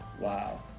Wow